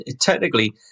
Technically